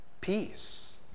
peace